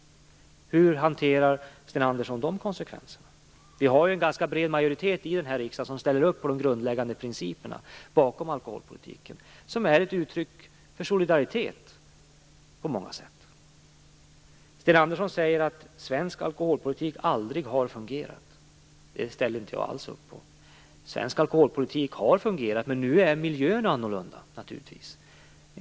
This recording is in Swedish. Hur hanterar Sten Andersson de konsekvenserna? Det finns en ganska bred majoritet i riksdagen som ställer upp på de grundläggande principerna bakom alkoholpolitiken, som på många sätt är ett uttryck för solidaritet. Sten Andersson säger att svensk alkoholpolitik aldrig har fungerat. Det ställer jag inte alls upp på. Svensk alkoholpolitik har fungerat, men nu är miljön naturligtvis annorlunda.